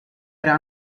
era